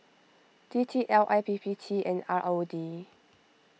D T L I P P T and R O D